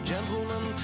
Gentlemen